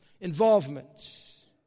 Involvement